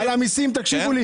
כן, במסים.